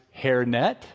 hairnet